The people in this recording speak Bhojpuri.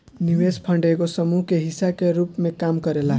निवेश फंड एगो समूह के हिस्सा के रूप में काम करेला